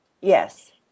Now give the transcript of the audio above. Yes